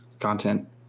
content